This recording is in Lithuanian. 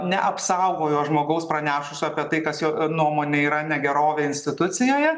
neapsaugojo žmogaus pranešus apie tai kas jo nuomone yra negerovė institucijoje